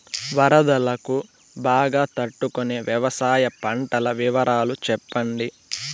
వరదలకు బాగా తట్టు కొనే వ్యవసాయ పంటల వివరాలు చెప్పండి?